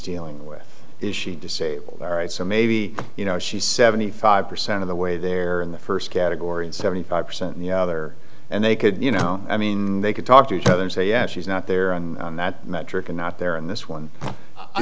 dealing with is she disabled all right so maybe you know she's seventy five percent of the way there in the first category in seventy five percent in the other and they could you know i mean they could talk to each other and say yeah she's not there and that metric and not there in this one